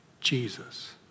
Jesus